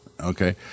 okay